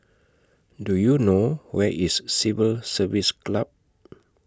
Do YOU know Where IS Civil Service Club